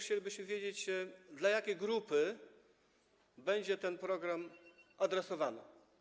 Chcielibyśmy również wiedzieć, do jakiej grupy będzie ten program adresowany.